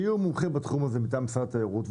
כי הוא מומחה בתחום הזה מטעם משרד התיירות.